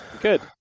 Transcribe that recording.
Good